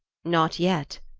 not yet?